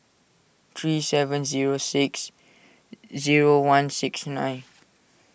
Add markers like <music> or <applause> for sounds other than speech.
three seven zero six zero one six nine <noise>